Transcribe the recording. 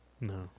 No